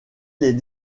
les